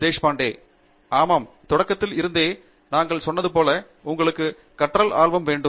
தேஷ்பாண்டே ஆமாம் தொடக்கத்தில் இருந்தே நாங்கள் சொன்னதுபோல் உங்களுக்கு கற்றல் ஆர்வம் வேண்டும்